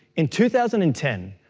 in two thousand and ten,